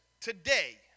today